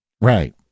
Right